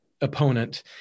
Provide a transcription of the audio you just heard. opponent